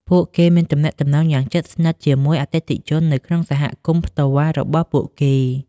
ពួកគេមានទំនាក់ទំនងយ៉ាងជិតស្និទ្ធជាមួយអតិថិជននៅក្នុងសហគមន៍ផ្ទាល់របស់ពួកគេ។